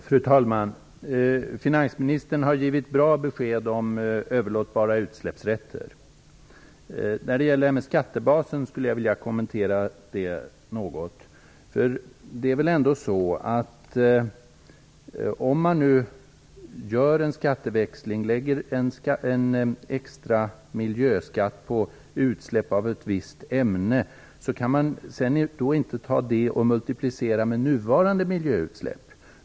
Fru talman! Finansministern har givit bra besked om överlåtbara utsläppsrätter. Jag skulle vilja kommentera frågan om skattebasen. Det är väl ändå så att om man gör en skatteväxling och lägger en extra miljöskatt på utsläpp av ett visst ämne kan man inte multiplicera det med nuvarande miljöutsläpp.